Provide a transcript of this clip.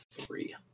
three